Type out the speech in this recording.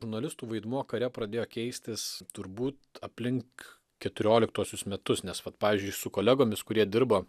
žurnalistų vaidmuo kare pradėjo keistis turbūt aplink keturioliktuosius metus nes vat pavyzdžiui su kolegomis kurie dirbo